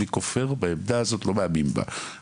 למרות זאת אני לא מאמין בעמדה הזאת,